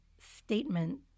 statement